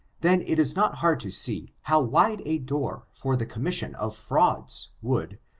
then it is not hard to see how wide a door for the commission of firauds would,